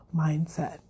mindset